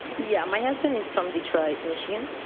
yeah. my husband is from detroit, michigan.